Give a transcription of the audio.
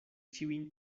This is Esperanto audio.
ĉiujn